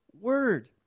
word